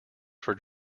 for